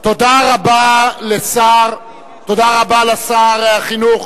תודה רבה לשר החינוך,